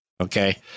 okay